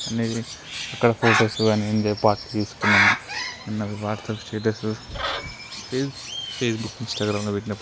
అన్నీ అక్కడ ఫొటోస్ కాని ఎంజాయ్ పార్టీ తీసుకున్నాము నేను అవి వాట్సాప్ స్టేటస్ ఫేస్ ఫేస్బుక్ ఇన్స్టాగ్రామ్లో పెట్టినప్పుడు